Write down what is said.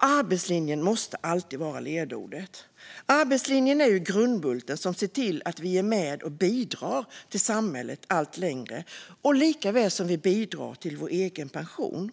Arbetslinjen måste alltid vara ledordet. Arbetslinjen är grundbulten som gör att vi är med och bidrar till samhället allt längre och till vår egen pension.